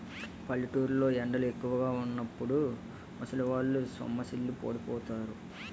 పల్లెటూరు లో ఎండలు ఎక్కువుగా వున్నప్పుడు ముసలివాళ్ళు సొమ్మసిల్లి పడిపోతారు